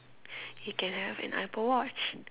you can have an apple watch